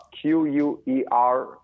Q-U-E-R